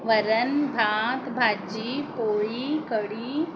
वरण भात भाजी पोळी कढी